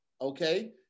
Okay